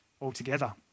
altogether